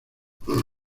hormigón